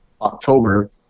october